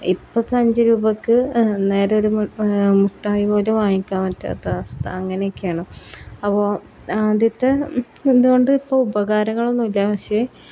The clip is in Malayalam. ഇരുപത്തഞ്ച് രൂപക്ക് നേരൊരു മിഠായി പോലും വാങ്ങിക്കാൻ പറ്റാത്ത അവസ്ഥ അങ്ങനെയൊക്കെയാണ് അപ്പോൾ ആദ്യത്തെ എന്തു കൊണ്ട് ഇപ്പം ഉപകാരങ്ങളൊന്നും ഇല്ല പക്ഷേ